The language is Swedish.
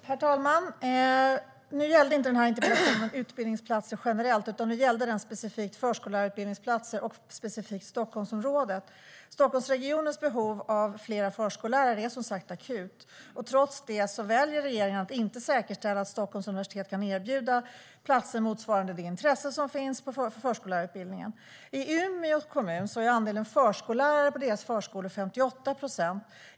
Herr talman! Nu gällde interpellationen inte utbildningsplatser generellt utan specifikt förskollärarutbildningsplatser och Stockholmsområdet. Stockholmsregionens behov av flera förskollärare är som sagt akut. Trots det väljer regeringen att inte säkerställa att Stockholms universitet kan erbjuda platser motsvarande det intresse som finns för förskollärarutbildningen. I Umeå kommun är andelen förskollärare 58 procent.